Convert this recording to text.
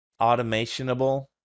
automationable